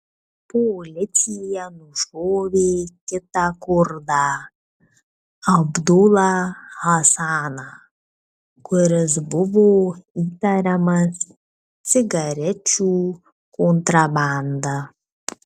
policija nušovė kitą kurdą abdulą hasaną kuris buvo įtariamas cigarečių kontrabanda